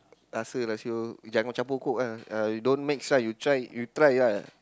rasa lah [siol] jangan campur Coke ah uh you don't mix right uh you try you try lah